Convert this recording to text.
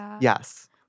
yes